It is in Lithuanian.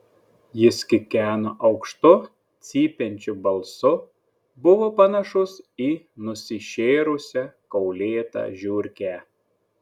jis kikeno aukštu cypiančiu balsu buvo panašus į nusišėrusią kaulėtą žiurkę